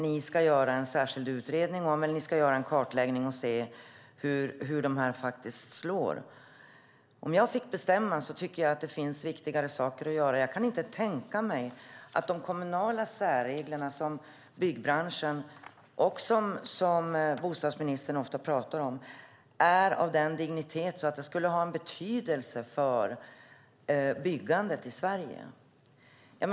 Ni ska göra en särskild kartläggning om de kommunala särreglerna och hur de slår. Om jag fick bestämma tycker jag att det finns viktigare saker att göra. Jag kan inte tänka mig att de kommunala särregler som byggbranschen och bostadsministern ofta talar om är av den digniteten att de skulle ha en betydelse för byggandet i Sverige.